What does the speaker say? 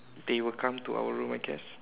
they will come to our room I guess